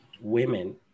women